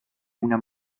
una